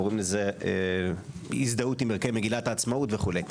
קוראים לזה הזדהות עם ערכי מגילת העצמאות וכו'.